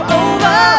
over